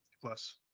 plus